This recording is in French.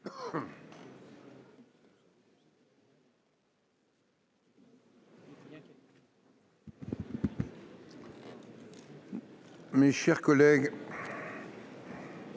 Mes chers collègues,